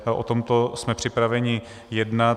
O tomto jsme připraveni jednat.